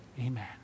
Amen